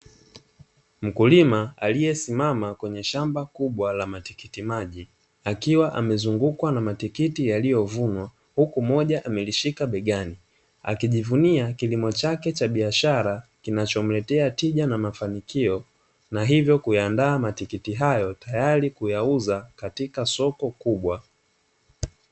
Mkulima aliyesimama kwenye shamba kubwa la matikiti maji , akiwa amezungukwa na matikiti yalilyo vunwa, huku moja ameshika begani. Akijivunia kilimo chake cha biashara kinacho mletea mafanikio na hivyo kuyaandaa matikiti hayo tayari kuyauza.